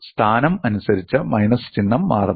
സ്ഥാനം അനുസരിച്ച് മൈനസ് ചിഹ്നം മാറുന്നു